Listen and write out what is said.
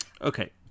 Okay